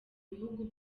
bihugu